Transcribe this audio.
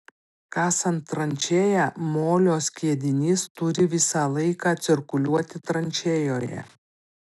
kasant tranšėją molio skiedinys turi visą laiką cirkuliuoti tranšėjoje